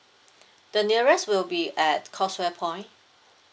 the nearest will be at causeway point